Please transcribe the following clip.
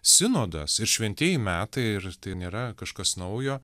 sinodas ir šventieji metai ir tai nėra kažkas naujo